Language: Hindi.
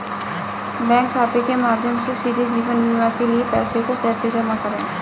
बैंक खाते के माध्यम से सीधे जीवन बीमा के लिए पैसे को कैसे जमा करें?